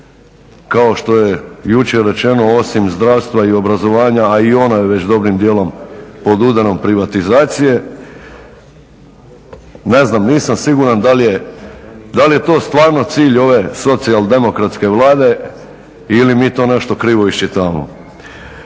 kao što je jučer rečeno osim zdravstva i obrazovanja, a i ono je već dobrim dijelom pod udarom privatizacije? Ne znam nisam siguran. Da li je to stvarno cilj ove socijaldemokratske Vlade ili mi to nešto krivo iščitavamo?